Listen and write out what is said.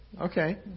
Okay